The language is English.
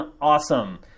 awesome